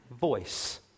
voice